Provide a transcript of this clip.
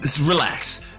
Relax